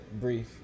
brief